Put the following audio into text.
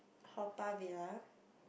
Haw-Par-Villa